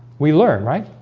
we learn right?